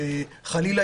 שחלילה,